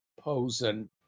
Posen